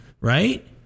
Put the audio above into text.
right